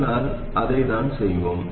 அதனால் அதைத்தான் செய்வோம்